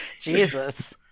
Jesus